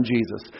Jesus